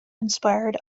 inspired